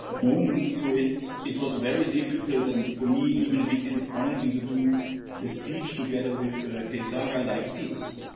ah moment to it. it was very difficult and for me, even a bit disappointing to do the speech together with kay sara like this.